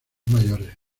mayores